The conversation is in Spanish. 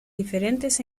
diferentes